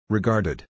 Regarded